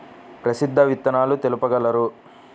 ప్రసిద్ధ విత్తనాలు తెలుపగలరు?